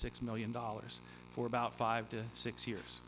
six million dollars for about five to six years